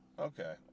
Okay